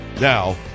now